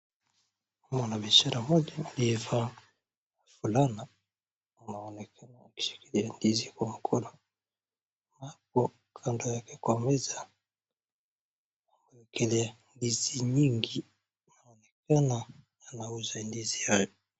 Mwanabiashara mmoja aliyevaa fulana anaonekna akishikilia ndizi kwa mkono. Hapo kando yake kwa meza kuekelea ndizi nyingi. Anaonekana anauza ndizi hayo.